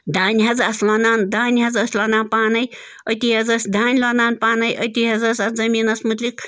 دانہِ حظ آسہٕ لوٚنان دانہِ حظ ٲسۍ لونان پانَے أتی حظ ٲسۍ دانہِ لونان پانَے أتی حظ ٲس اَتھ زٔمیٖنَس متعلِق